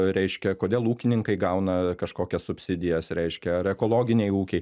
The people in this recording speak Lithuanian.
reiškia kodėl ūkininkai gauna kažkokias subsidijas reiškia ar ekologiniai ūkiai